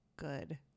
good